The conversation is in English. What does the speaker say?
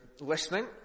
listening